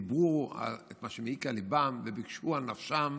הם דיברו על מה שמעיק על ליבם וביקשו על נפשם.